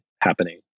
happening